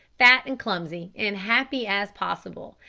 fat and clumsy, and happy as possible,